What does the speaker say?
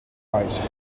right